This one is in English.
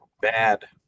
bad